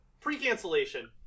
pre-cancellation